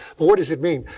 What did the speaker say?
but what does it mean?